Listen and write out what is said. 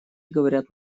говорят